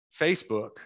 Facebook